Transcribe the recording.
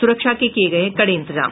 सुरक्षा के किये गये हैं कड़े इंतज़ाम